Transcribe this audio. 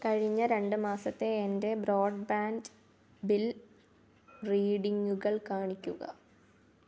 കഴിഞ്ഞ രണ്ട് മാസത്തെ എൻ്റെ ബ്രോഡ്ബാൻഡ് ബിൽ റീഡിംഗുകൾ കാണിക്കുക